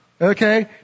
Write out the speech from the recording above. okay